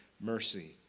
mercy